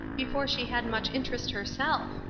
before she had much interest herself.